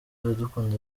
iradukunda